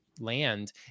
Land